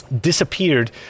disappeared